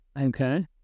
Okay